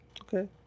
Okay